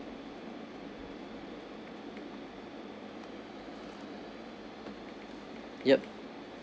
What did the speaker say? yup